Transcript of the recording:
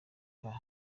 nka